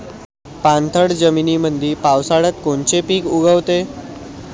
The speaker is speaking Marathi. पाणथळ जमीनीमंदी पावसाळ्यात कोनचे पिक उगवते?